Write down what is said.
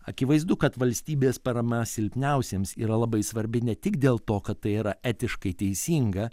akivaizdu kad valstybės parama silpniausiems yra labai svarbi ne tik dėl to kad tai yra etiškai teisinga